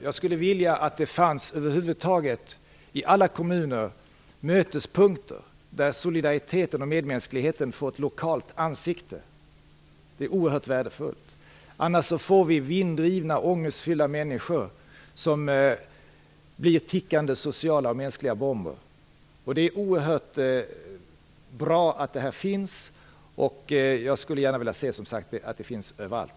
Jag skulle önska att det fanns mötespunkter i alla kommuner där solidariteten och medmänskligheten får ett lokalt ansikte. Det är oerhört värdefullt. Annars får vi vinddrivna och ångestfyllda människor som blir tickande mänskliga och sociala bomber. Det är bra att det här finns, och jag skulle önska att det fanns överallt.